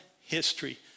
history